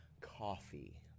coffee